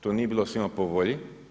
To nije bilo svima po volji.